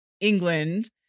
England